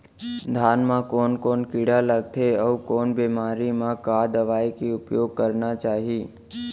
धान म कोन कोन कीड़ा लगथे अऊ कोन बेमारी म का दवई के उपयोग करना चाही?